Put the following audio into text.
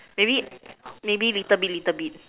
maybe maybe little bit little bit